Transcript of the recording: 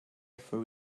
for